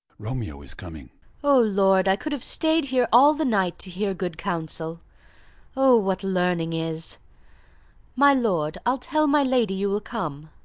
romeo is coming. o lord, i could have stay'd here all the night to hear good counsel o, what learning is my lord, i'll tell my lady you will come.